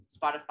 Spotify